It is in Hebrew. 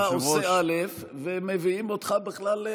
היושב-ראש ----- ואתה עושה א' ומביאים אותך בכלל,